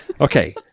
Okay